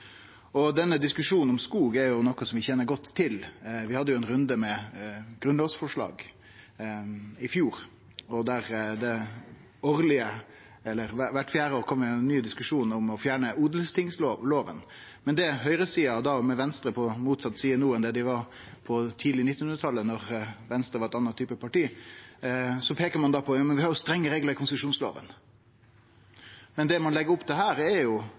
Denne diskusjonen om skog er noko vi kjenner godt til. Vi hadde ein runde med grunnlovsforslag i fjor. Kvart fjerde år kjem det ein ny diskusjon om å fjerne odelsloven. Høgresida – med Venstre, som no er på motsett side enn det dei var tidleg på 1900-talet, då Venstre var ein annan type parti – peiker på at vi har strenge reglar i konsesjonsloven. Men det ein legg opp til her, er